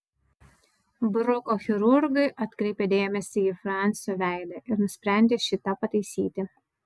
bruko chirurgai atkreipė dėmesį į fransio veidą ir nusprendė šį tą pataisyti